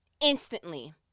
Instantly